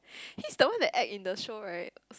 he is the one that act in the show right